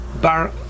Bar